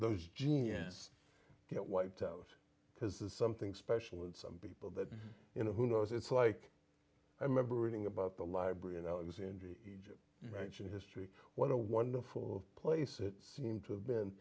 those genius get wiped out because there's something special in some people that you know who knows it's like i remember reading about the library of alexandria writes in history what a wonderful place it seemed to have been